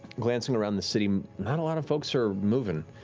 glancing around the city, not a lot of folks are moving.